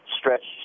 stretch